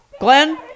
Glenn